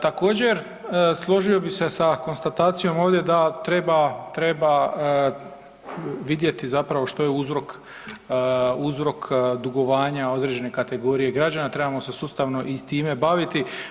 Također, složio bi se sa konstatacijom ovdje da treba, treba vidjeti zapravo što je uzrok dugovanja određene kategorije građana, trebamo se sustavno i time baviti.